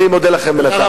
אני מודה לכם, בינתיים.